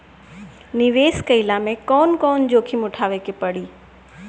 निवेस कईला मे कउन कउन जोखिम उठावे के परि?